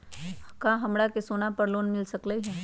का हमरा के सोना पर लोन मिल सकलई ह?